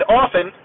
often